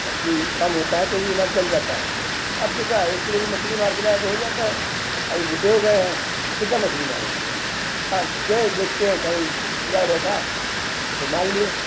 मछली कम होता है तो भी हमारा चल जाता है अब तो का एक किलो भी मछली मार के लाए तो हो जाता है अभी बुड्ढे हो गए हैं कितना मछली मारेंगे हाँ गए देखते हैं कहीं जुगाड़ बैठा तो मार लिए